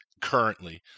currently